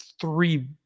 three